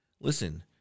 Listen